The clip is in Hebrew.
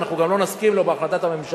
ואנחנו גם לא נסכים לו בהחלטת הממשלה,